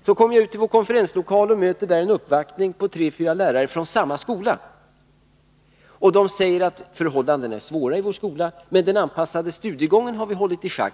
Så kom jag ut till vår konferenslokal och tog emot en uppvaktning på tre fyra lärare från samma skola. De säger att förhållandena är svåra i vår skola, men den anpassade studiegången har vi kunnat hålla i schack.